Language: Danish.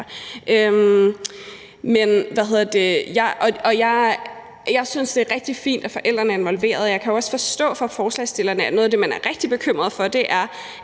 Jeg synes, det er rigtig fint, at forældrene er involveret. Jeg kan jo også forstå på forslagsstillerne, at noget af det, man er rigtig bekymret for, er,